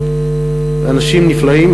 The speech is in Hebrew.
אנשים נפלאים,